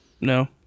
No